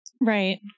Right